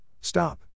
Stop